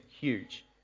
huge